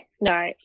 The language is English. no